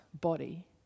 body